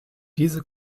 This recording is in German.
diese